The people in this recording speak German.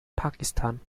pakistan